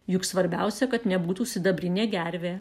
juk svarbiausia kad nebūtų sidabrinė gervė